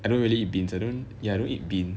I don't really eat beans ya I don't eat bean